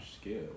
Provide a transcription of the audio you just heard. skill